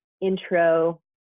intro